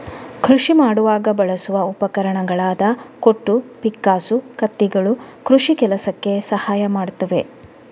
ಕೃಷಿ ಮಾಡುವಾಗ ಬಳಸುವ ಉಪಕರಣಗಳಾದ ಕೊಟ್ಟು, ಪಿಕ್ಕಾಸು, ಕತ್ತಿಗಳು ಕೃಷಿ ಕೆಲಸಕ್ಕೆ ಸಹಾಯ ಮಾಡ್ತವೆ